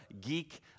geek